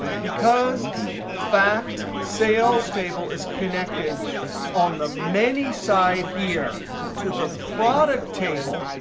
because fact sales table is connected on the many side here to the product table,